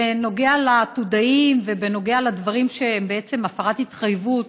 בנוגע לעתודאים ובנוגע לדברים שהם הפרת התחייבות